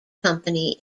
company